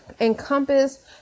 encompass